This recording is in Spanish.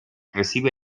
recibe